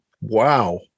wow